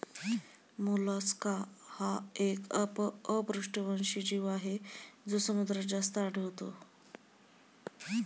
Mollusca हा एक अपृष्ठवंशी जीव आहे जो समुद्रात जास्त आढळतो